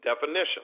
definition